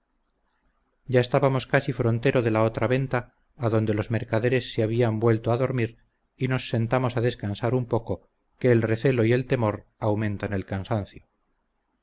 ya estábamos casi frontero de la otra venta adonde los mercaderes se habían vuelto a dormir y nos sentamos a descansar un poco que el recelo y temor aumentan el cansancio